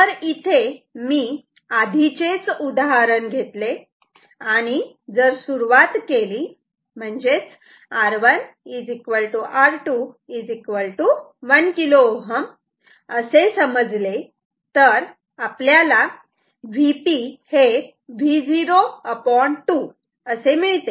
जर इथे मी आधीचेच उदाहरण घेतले आणि जर सुरुवात केली म्हणजेच R1 R2 1 किलो ओहम असे समजले तर आपल्याला Vp Vo2 असे मिळते